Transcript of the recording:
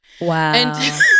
Wow